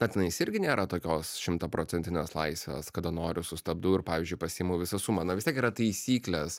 na tenais irgi nėra tokios šimtaprocentinės laisvės kada noriu sustabdau ir pavyzdžiui pasiimu visą sumą na vis tiek yra taisyklės